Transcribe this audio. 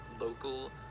local